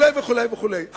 וכו' וכו' וכו'.